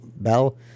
Bell